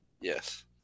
Yes